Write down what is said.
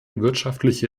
wirtschaftliche